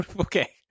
Okay